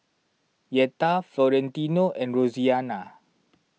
Yetta Florentino and Roseanna